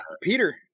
Peter